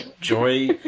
Joy